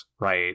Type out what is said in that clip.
right